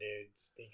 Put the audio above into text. dudes